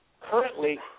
currently